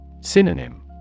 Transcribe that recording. Synonym